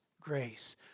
grace